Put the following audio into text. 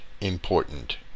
important